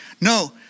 No